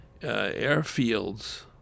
airfields